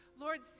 Lord